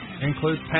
includes